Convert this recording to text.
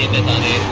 in any